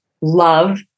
love